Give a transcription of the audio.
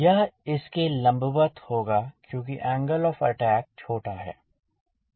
यह इस के लंबवत होगा क्योंकि एंगल ऑफ़ अटैक छोटा है